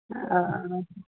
ओ